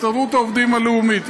הסתדרות העובדים הלאומית.